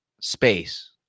space